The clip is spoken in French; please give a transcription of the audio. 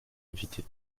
inviter